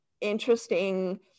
interesting